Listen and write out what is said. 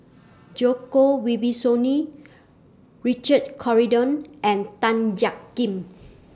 Djoko Wibisono Richard Corridon and Tan Jiak Kim